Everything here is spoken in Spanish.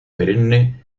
perenne